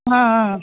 ஆ ஆ